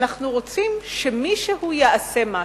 אנחנו רוצים שמישהו יעשה משהו.